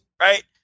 right